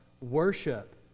worship